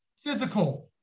Physical